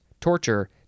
Torture